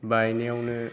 बायनायावनो